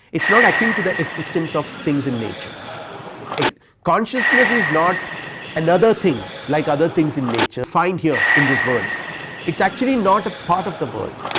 it is not akin to the existence of things in nature consciousness consciousness is not another thing. like other things in nature, find here in this world it is actually not a part of the world